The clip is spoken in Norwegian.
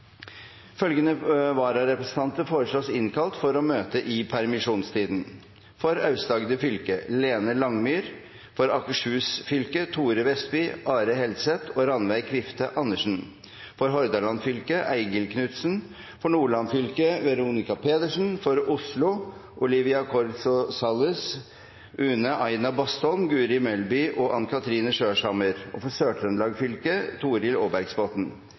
Følgende vararepresentanter innkalles for å møte i permisjonstiden: For Aust-Agder fylke: Lene LangemyrFor Akershus fylke: Thore Vestby, Are Helseth og Rannveig Kvifte AndresenFor Hordaland fylke: Eigil KnutsenFor Nordland fylke: Veronica PedersenFor Oslo: Olivia Corso Salles, Une Aina Bastholm, Guri Melby og Ann Kathrine SkjørshammerFor Sør-Trøndelag fylke: Torhild Aabergsbotten